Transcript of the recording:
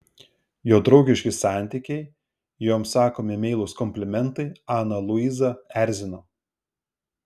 jo draugiški santykiai joms sakomi meilūs komplimentai aną luizą erzino